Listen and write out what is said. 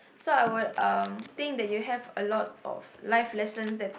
so I would um think that you have a lot of life lessons that